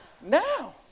Now